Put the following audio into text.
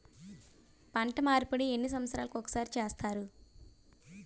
పంట మార్పిడి ఎన్ని సంవత్సరాలకి ఒక్కసారి చేస్తారు?